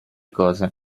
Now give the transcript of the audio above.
cose